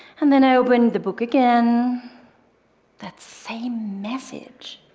and then i opened the book again that same message.